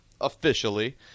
officially